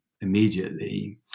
immediately